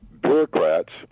bureaucrats